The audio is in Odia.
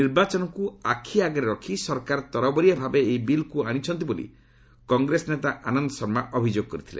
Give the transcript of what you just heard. ନିର୍ବାଚନକୁ ଆଖିଆଗରେ ରଖି ସରକାର ତରବରିଆ ଭାବେ ଏହି ବିଲ୍କୁ ଆଶିଛନ୍ତି ବୋଲି କଂଗ୍ରେସ ନେତା ଆନନ୍ଦ ଶର୍ମା ଅଭିଯୋଗ କରିଥିଲେ